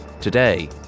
Today